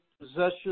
possessions